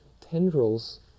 tendrils